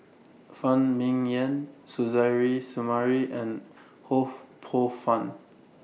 Phan Ming Yen Suzairhe Sumari and Ho Poh Fun